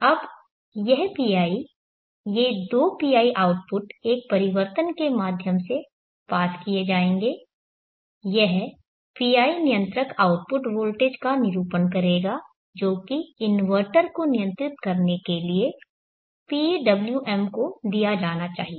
अब यह PI ये दो PI आउटपुट एक परिवर्तन के माध्यम से पास किए जाएंगे यह PI नियंत्रक आउटपुट वोल्टेज का निरूपण करेगा जो कि इन्वर्टर को नियंत्रित करने के लिए PWM को दिया जाना चाहिए